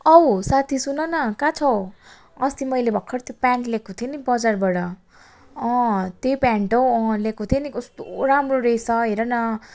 औ साथी सुन न कहाँ छौ अस्ति मैले भर्खर त्यो पेन्ट ल्याएको थिएँ नि बजारबाट अँ त्यही पेन्ट हौ अँ ल्याएको थिएँ नि कस्तो राम्रो रहेछ हेर न